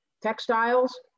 textiles